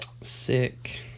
Sick